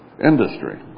industry